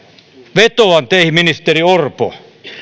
vetoan teihin ministeri orpo